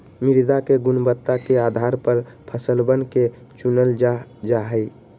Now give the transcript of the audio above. मृदा के गुणवत्ता के आधार पर फसलवन के चूनल जा जाहई